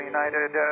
United